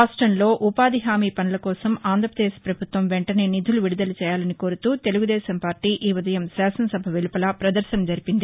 రాష్టంలో ఉపాధి హామీ పనుల కోసం ఆంధ్రాపదేశ్ ప్రభుత్వం వెంటనే నిధులు విడుదల చేయాలని కోరుతూ తెలుగుదేశం పార్టీ ఈ ఉదయం శాసనసభ వెలుపల పదర్శన జరిపింది